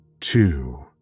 Two